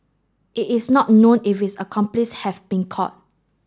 it is not known if his accomplice have been caught